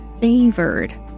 favored